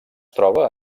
troba